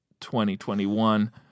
2021